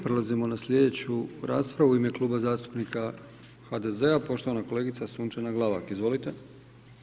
Prelazimo na sljedeću raspravu u ime Kluba zastupnika HDZ-a, poštovana kolegica Sunčana Glavak, izvolite.